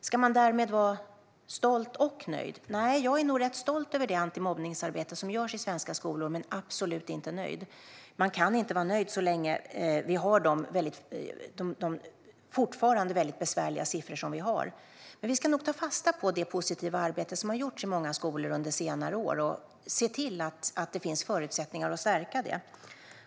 Ska man därmed vara stolt och nöjd? Nej, jag är nog rätt stolt över det antimobbningsarbete som görs i svenska skolor, men absolut inte nöjd. Man kan inte vara nöjd så länge vi fortfarande har de väldigt besvärliga siffror vi har. Men vi ska nog ta fasta på det positiva arbete som har gjorts i många skolor under senare år och se till att det finns förutsättningar att stärka det.